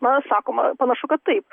na sakoma panašu kad taip